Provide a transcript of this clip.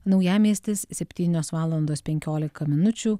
naujamiestis septynios valandos penkiolika minučių